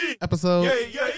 episode